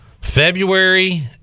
february